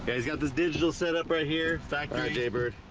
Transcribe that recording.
he's got this digital set up right here factor. jaybird